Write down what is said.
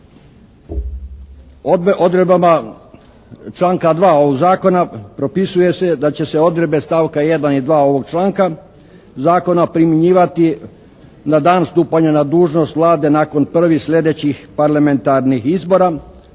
odredbama članka 3. ovog zakona propisuje se da će se odredbe stavka 1. i 2. ovog članka zakona primjenjivati na dan stupanja na dužnost Vlade nakon prvih sljedećih parlamentarnih izbora,